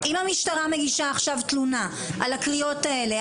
אם המשטרה מגישה עכשיו תלונה על הקריאות האלה,